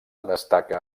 destaca